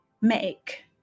make